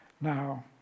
now